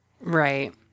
Right